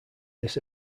this